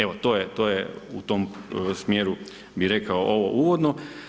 Evo to je u tom smjeru bi rekao ovo uvodno.